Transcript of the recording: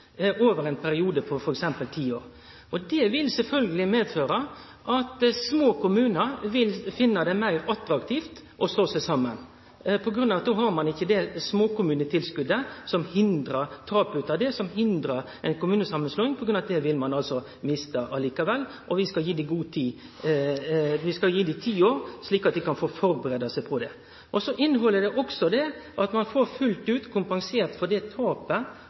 over ein periode på f.eks. ti år. Det vil sjølvsagt medføre at små kommunar vil finne det meir attraktivt å slå seg saman, fordi då er det ikkje tapet av småkommunetilskotet som hindrar kommunesamanslåing, ein vil miste det likevel. Vi skal gi dei god tid – ti år – slik at dei kan få førebudd seg på det. Det inneheld òg at ein fullt ut får kompensert det tapet